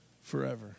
forever